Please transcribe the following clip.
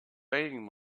begging